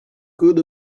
could